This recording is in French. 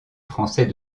français